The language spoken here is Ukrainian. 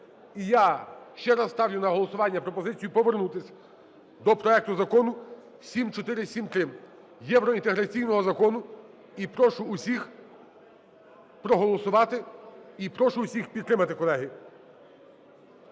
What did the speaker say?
І я ще раз ставлю на голосування пропозицію повернутись до проекту Закону 7473, євроінтеграційного закону. І прошу всіх проголосувати, і прошу усіх підтримати, колеги.